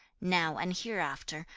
now and hereafter,